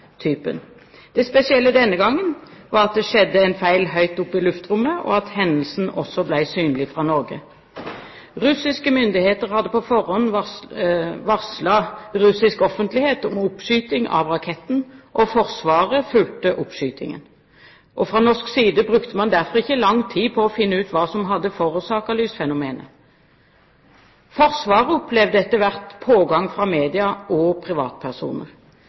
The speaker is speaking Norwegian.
Det spesielle denne gangen var at det skjedde en feil høyt oppe i luftrommet, og at hendelsen også ble synlig fra Norge. Russiske myndigheter hadde på forhånd varslet russisk offentlighet om oppskytingen av raketten, og Forsvaret fulgte oppskytingen. Fra norsk side brukte man derfor ikke lang tid på å finne ut hva som hadde forårsaket lysfenomenet. Forsvaret opplevde etter hvert pågang fra media og privatpersoner.